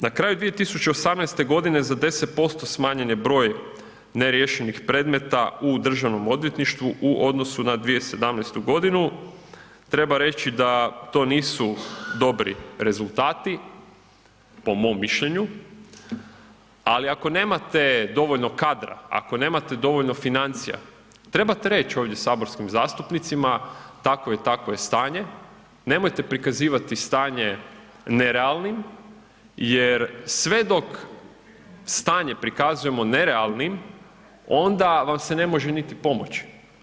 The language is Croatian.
Na kraju 2018. godine za 10% smanjen je broj neriješenih predmeta u državnom odvjetništvu u odnosu na 2017. godinu, treba reći da to nisu dobri rezultati po mom mišljenju, ali ako nemate dovoljno kadra, ako nemate dovoljno financija trebate reći ovdje saborskim zastupnicima takvo i takvo je stanje, nemojte prikazivati stanje nerealnim jer sve dok stanje prikazujemo nerealnim onda vam se ne može niti pomoći.